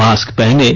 mask पहनें